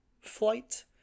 flight